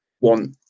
want